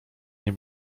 nie